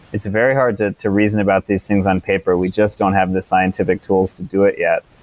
it's very hard to to reason about these things on paper. we just don't have the scientific tools to do it yet.